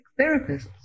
therapists